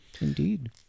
Indeed